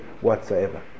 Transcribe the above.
whatsoever